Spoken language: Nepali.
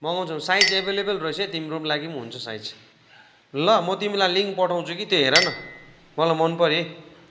मगाउँछौ साइज एभाइलेबल रहेछ है तिम्रो लागि पनि हुन्छ साइज ल म तिमीलाई लिङ्क पठाउँछु कि त्यो हेर न मलाई मन पर्यो है